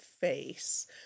face